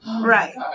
right